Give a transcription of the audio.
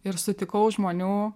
ir sutikau žmonių